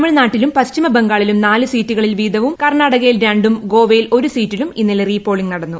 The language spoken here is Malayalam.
തമിഴ്നാട്ടിലും പശ്ചിമബംഗാളിലും നാല് സീറ്റുകളിൽ വീതവും കർണാടകയിൽ രണ്ടും ഗോവയിൽ ഒരു സീറ്റിലും ഇന്നലെ റീ പോളിംഗ് നടന്നു